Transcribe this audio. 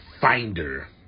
finder